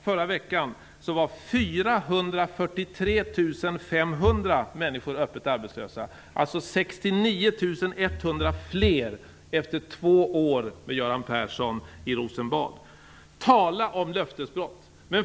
Förra veckan var 443 500 människor öppet arbetslösa, alltså 69 100 fler efter två år med Göran Persson i Rosenbad. Tala om löftesbrott!